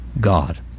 God